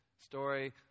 story